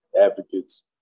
advocates